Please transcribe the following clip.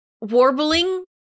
warbling